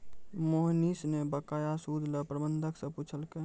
मोहनीश न बकाया सूद ल प्रबंधक स पूछलकै